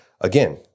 again